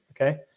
Okay